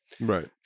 Right